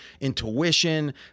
intuition